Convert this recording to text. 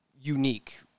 unique